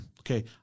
Okay